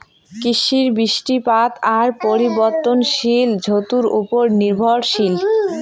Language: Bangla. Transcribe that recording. কৃষি, বৃষ্টিপাত আর পরিবর্তনশীল ঋতুর উপর নির্ভরশীল